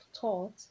thought